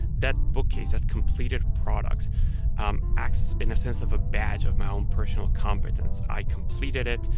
that bookcase, that completed products um acts in a sense of a badge of my own personal competence. i completed it,